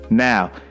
Now